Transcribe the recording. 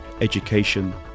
education